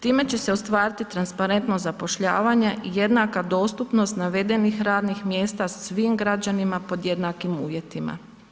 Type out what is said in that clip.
Time će se ostvariti transparentnost zapošljavanja, jednaka dostupnost navedenih radnih mjesta svim građanima pod jednakim uvjetima.